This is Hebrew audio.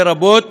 לרבות